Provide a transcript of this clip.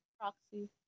Proxy